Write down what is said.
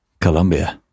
Colombia